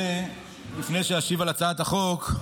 לפני שאשיב על הצעת החוק,